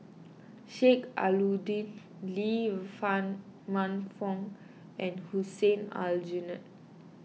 Sheik Alau'ddin Lee fun Man Fong and Hussein Aljunied